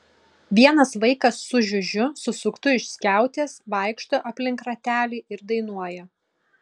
vienas vaikas su žiužiu susuktu iš skiautės vaikšto aplink ratelį ir dainuoja